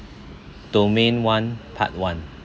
domain one part one